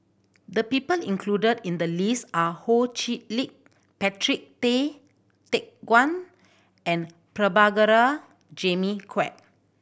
the people included in the list are Ho Chee Lick Patrick Tay Teck Guan and Prabhakara Jimmy Quek